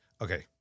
Okay